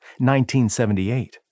1978